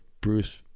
Bruce